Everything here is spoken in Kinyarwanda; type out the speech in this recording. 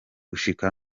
gushika